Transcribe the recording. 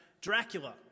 Dracula